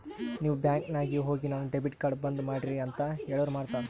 ನೀವ್ ಬ್ಯಾಂಕ್ ನಾಗ್ ಹೋಗಿ ನನ್ ಡೆಬಿಟ್ ಕಾರ್ಡ್ ಬಂದ್ ಮಾಡ್ರಿ ಅಂತ್ ಹೇಳುರ್ ಮಾಡ್ತಾರ